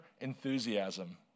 enthusiasm